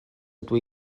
ydw